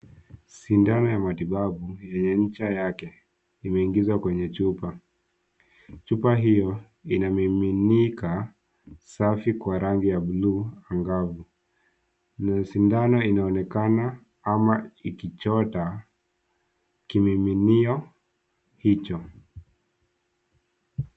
Sindano ya matibabu yenye ncha yake imeingizwa kwenye chupa. Chupa hio ina miminika safi kwa rangi ya buluu angavu. Sindano inaonekana ama ikichota kimiminio hicho.